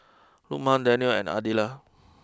Lukman Danial and